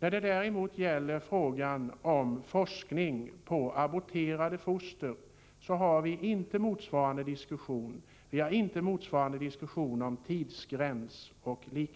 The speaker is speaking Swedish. När det däremot gäller frågan om forskning på aborterade foster har vi inte motsvarande diskussion om tidsgräns osv.